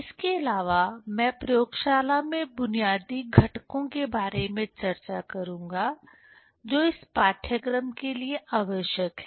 इसके अलावा मैं प्रयोगशाला में बुनियादी घटकों के बारे में चर्चा करूंगा जो इस पाठ्यक्रम के लिए आवश्यक हैं